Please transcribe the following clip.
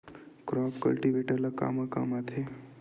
Crop cultivator ला कमा काम आथे?